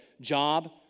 job